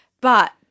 But-